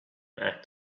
act